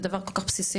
זה דבר כל כך בסיסי.